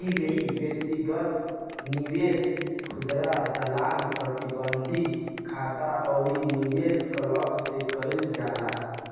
इ व्यक्तिगत निवेश, खुदरा दलाल, प्रतिबंधित खाता अउरी निवेश क्लब से कईल जाला